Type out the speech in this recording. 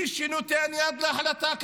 מי שנותן יד להחלטה כזאת,